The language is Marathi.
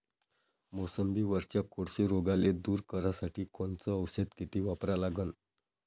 मोसंबीवरच्या कोळशी रोगाले दूर करासाठी कोनचं औषध किती वापरा लागन?